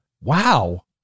wow